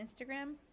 Instagram